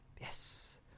yes